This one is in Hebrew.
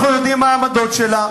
אנחנו יודעים מה העמדות שלה.